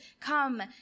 come